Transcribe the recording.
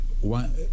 one